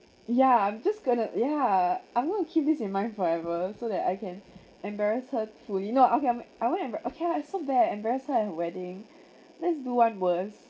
ya I'm just going to yeah I'm going to keep this in mind forever so that I can embarrass her too you know okay I'm I want to okay lah I'm so bad I embarrassed her at her wedding let's do one worse